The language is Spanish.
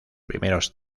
primeros